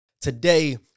today